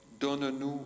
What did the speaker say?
Donne-nous